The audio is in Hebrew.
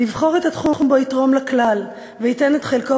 לבחור את התחום שבו יתרום לכלל וייתן את חלקו